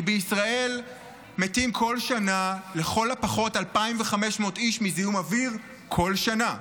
כי בישראל מתים כל שנה לכל הפחות 2,500 איש מזיהום אוויר בכל שנה,